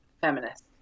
feminist